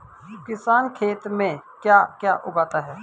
किसान खेत में क्या क्या उगाता है?